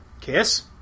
Kiss